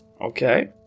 Okay